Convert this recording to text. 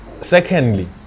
Secondly